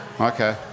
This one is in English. Okay